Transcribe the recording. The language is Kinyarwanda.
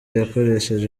yakoresheje